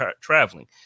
traveling